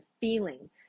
feeling